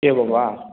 एवं वा